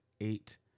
Eight